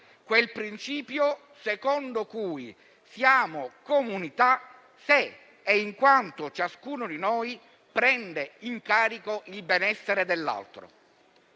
Quel principio secondo cui siamo comunità se e in quanto ciascuno di noi prende in carico il benessere dell'altro.